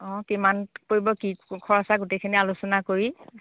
অঁ কিমান কৰিব কি খৰচ হয় গোটেইখিনি আলোচনা কৰি